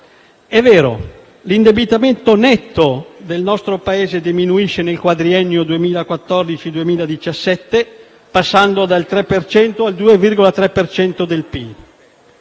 È vero, l'indebitamente netto del nostro Paese diminuisce nel quadriennio 2014-2017, passando dal 3 per cento